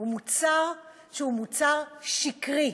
הוא מוצר שהוא מוצר שקרי.